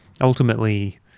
Ultimately